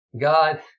God